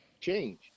change